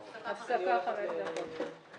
(הישיבה נפסקה בשעה 10:50 ונתחדשה בשעה 10:55.)